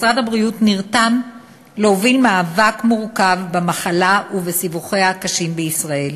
משרד הבריאות נרתם להוביל מאבק מורכב במחלה ובסיבוכיה הקשים בישראל.